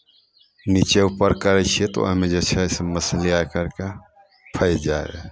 नीचे ऊपर करै छियै तऽ ओहिमे जे छै मछली आय करि कऽ फँसि जाइत रहय